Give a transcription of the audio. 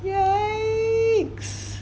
yeah